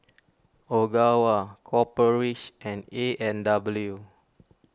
Ogawa Copper Ridge and A and W